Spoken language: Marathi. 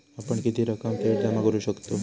आपण किती रक्कम थेट जमा करू शकतव?